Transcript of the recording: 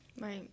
Right